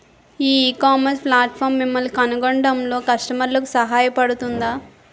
ఈ ecommerce platform మిమ్మల్ని కనుగొనడంలో కస్టమర్లకు సహాయపడుతుందా?